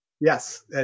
yes